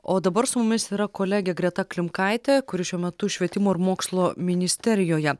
o dabar su mumis yra kolegė greta klimkaitė kuri šiuo metu švietimo ir mokslo ministerijoje